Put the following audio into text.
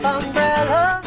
umbrella